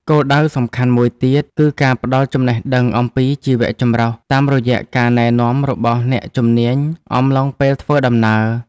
គោលដៅសំខាន់មួយទៀត គឺការផ្ដល់ចំណេះដឹងអំពីជីវៈចម្រុះ តាមរយៈការណែនាំរបស់អ្នកជំនាញអំឡុងពេលធ្វើដំណើរ។